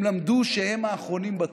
הם למדו שהם האחרונים בתור,